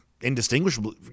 indistinguishable